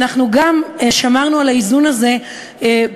אנחנו גם שמרנו על האיזון הזה בהחלטה